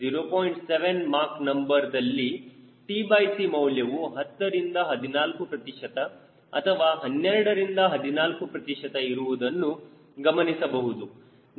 7 Mach number ದಲ್ಲಿ tc ಮೌಲ್ಯವು 10ರಿಂದ 14 ಪ್ರತಿಶತ ಅಥವಾ 12 ರಿಂದ 14 ಪ್ರತಿಶತ ಇರುವುದನ್ನು ಗಮನಿಸಬಹುದು